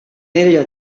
ella